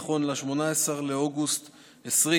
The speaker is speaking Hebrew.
נכון ל-18 באוגוסט 2020,